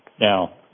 Now